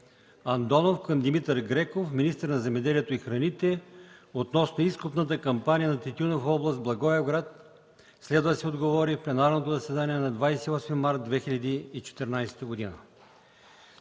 Андонов към Димитър Греков – министър на земеделието и храните, относно изкупната кампания на тютюна в област Благоевград. Следва да се отговори в пленарното заседание на 28 март 2014 г.